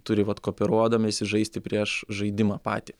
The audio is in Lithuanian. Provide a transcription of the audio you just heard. turi vat kooperuodamiesi žaisti prieš žaidimą patį